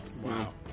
Wow